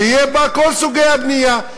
שיהיו בה כל סוגי הבנייה,